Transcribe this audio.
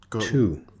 Two